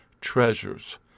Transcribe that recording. treasures